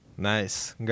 Nice